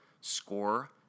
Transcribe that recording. score